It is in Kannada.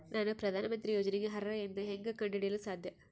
ನಾನು ಪ್ರಧಾನ ಮಂತ್ರಿ ಯೋಜನೆಗೆ ಅರ್ಹ ಎಂದು ಹೆಂಗ್ ಕಂಡ ಹಿಡಿಯಲು ಸಾಧ್ಯ?